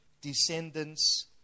descendants